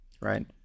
right